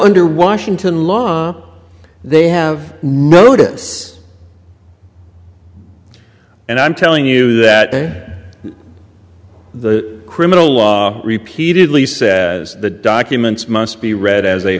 under washington law they have notice and i'm telling you that they're the criminal law repeatedly says the documents must be read as a